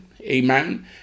amen